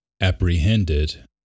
apprehended